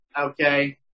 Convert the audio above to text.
okay